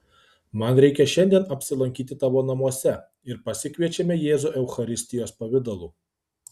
man reikia šiandien apsilankyti tavo namuose ir pasikviečiame jėzų eucharistijos pavidalu